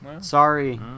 sorry